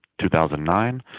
2009